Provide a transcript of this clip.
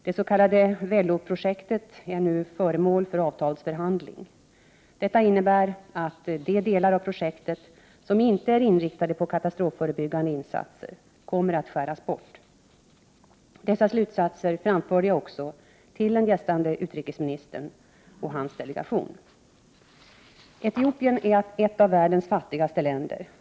Det s.k. Weloprojektet är nu föremål för avtalsförhandling. Detta innebär att de delar av projektet som inte är inriktade på katastrofförebyggande insatser kommer att skäras bort. Dessa slutsatser framförde jag också till den gästande utrikesministern och hans delegation. Etiopien är ett av världens fattigaste länder.